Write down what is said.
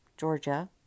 Georgia